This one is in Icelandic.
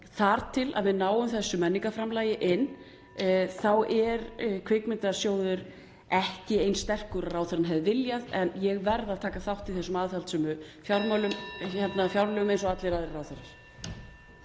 þar til að við náum þessu menningarframlagi inn þá er Kvikmyndasjóður ekki eins sterkur og ráðherrann hefði viljað. En ég verð að taka þátt í þessum aðhaldssömu fjárlögum eins og allir aðrir ráðherrar.